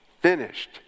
Finished